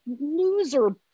loser